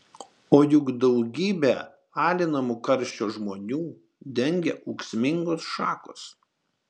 o juk daugybę alinamų karščio žmonių dengia ūksmingos šakos